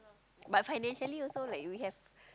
but financially also like we have